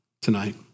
tonight